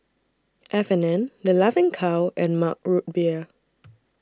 F and N The Laughing Cow and Mug Root Beer